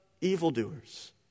evildoers